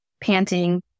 panting